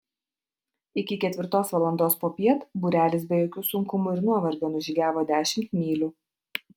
iki ketvirtos valandos popiet būrelis be jokių sunkumų ir nuovargio nužygiavo dešimt mylių